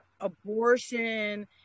abortion